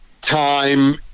time